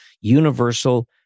universal